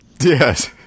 yes